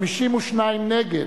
52 נגד,